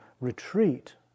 retreat